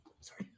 Sorry